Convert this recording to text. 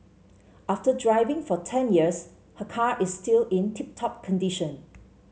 after driving for ten years her car is still in tip top condition